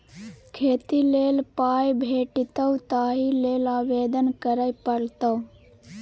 खेती लेल पाय भेटितौ ताहि लेल आवेदन करय पड़तौ